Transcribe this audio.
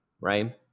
Right